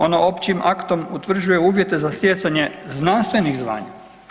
Ono općim aktom utvrđuje uvjete za stjecanje znanstvenih zvanja.